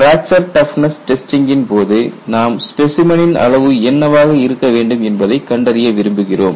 fracture toughness டெஸ்டிங்கின் போது நாம் ஸ்பெசைமனின் அளவு என்னவாக இருக்க வேண்டும் என்பதை கண்டறிய விரும்புகிறோம்